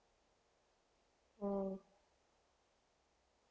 oh